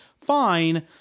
fine